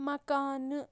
مکانہٕ